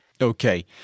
okay